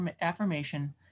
affirmation